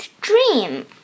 dream